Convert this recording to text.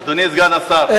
אדוני סגן השר,